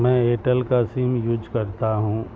میں ایئرٹیل کا sim use کرتا ہوں